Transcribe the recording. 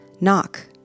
Knock